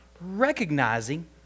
recognizing